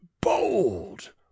bold